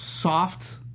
Soft